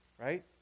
right